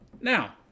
now